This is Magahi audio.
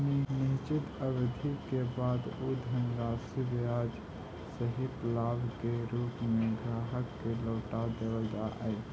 निश्चित अवधि के बाद उ धनराशि ब्याज सहित लाभ के रूप में ग्राहक के लौटा देवल जा हई